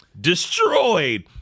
destroyed